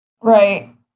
Right